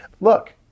Look